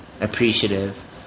appreciative